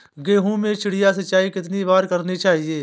गेहूँ में चिड़िया सिंचाई कितनी बार करनी चाहिए?